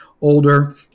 older